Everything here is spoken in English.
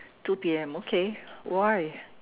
two P_M okay why